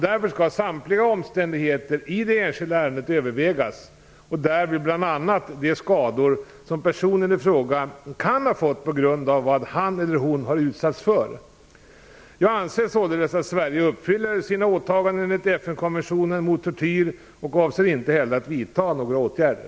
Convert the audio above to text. Därför skall samtliga omständigheter i det enskilda ärendet övervägas, bl.a. de skador som personen i fråga kan ha fått på grund av vad han eller hon har utsatts för. Jag anser således att Sverige uppfyller sina åtaganden enligt FN-konventionen mot tortyr och avser inte att vidta några åtgärder.